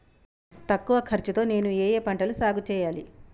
తక్కువ ఖర్చు తో నేను ఏ ఏ పంటలు సాగుచేయాలి?